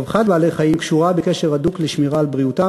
רווחת בעלי-חיים קשורה בקשר הדוק לשמירה על בריאותם.